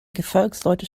gefolgsleute